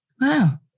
wow